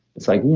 it's like,